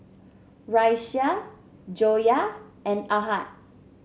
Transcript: Raisya Joyah and Ahad